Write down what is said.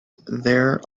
there